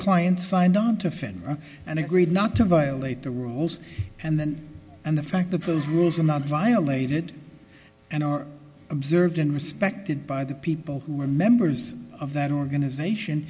finish and agreed not to violate the rules and then and the fact that those rules are not violated and are observed and respected by the people who are members of that organization